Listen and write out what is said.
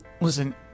Listen